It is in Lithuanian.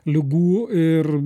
ligų ir